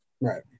Right